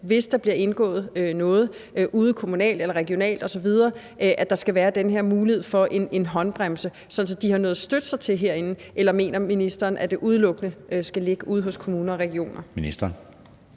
hvis der bliver indgået noget ude kommunalt eller regionalt osv., så skal der være den her mulighed for en håndbremse, sådan at de har noget herindefra at støtte sig til? Eller mener ministeren, at det udelukkende skal ligge ude hos kommunerne eller regionerne?